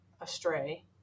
astray